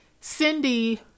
Cindy